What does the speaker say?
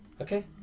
Okay